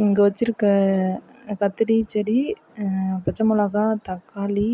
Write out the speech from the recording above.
இங்கே வச்சிருக்க கத்திரிச்செடி பச்சை மிளகா தக்காளி